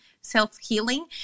self-healing